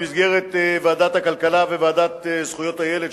במסגרת ועדת הכלכלה וועדת זכויות הילד,